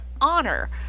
honor